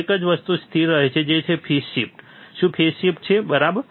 એક વસ્તુ જે સ્થિર રહે છે તે છે ફેઝ શિફ્ટ શું ફેઝ શિફ્ટ છે બરાબર